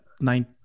Nine